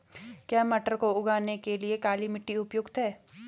क्या मटर को उगाने के लिए काली मिट्टी उपयुक्त है?